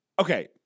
Okay